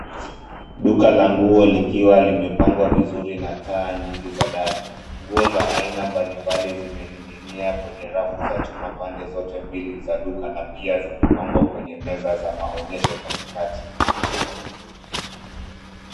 Duka la nguo likiwa limepangwa vizuri na taa nyingi za dari. Nguo za aina mbalimbali zimening'inia kwenye rafu za chuma pande zote mbili za duka na pia zimepangwa kwenye meza za maonyesho katikati.